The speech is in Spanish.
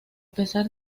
pesar